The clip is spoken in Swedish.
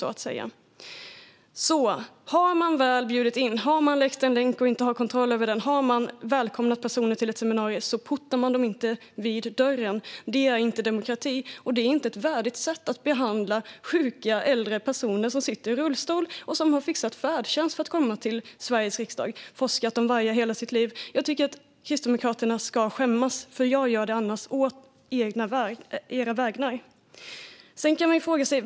Om man har bjudit in via en länk som har läckts och man inte har kontroll över och om man har välkomnat personer till ett seminarium portar man dem inte vid dörren. Det är inte demokrati, och det är inte ett värdigt sätt att behandla äldre sjuka personer som sitter i rullstol och som har ordnat färdtjänst för att komma till Sveriges riksdag och som har forskat om vargar hela sitt liv. Kristdemokraterna borde skämmas. Annars gör jag det å era vägnar.